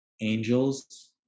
Angels